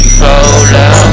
follow